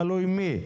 תלוי מי,